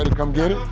come get it?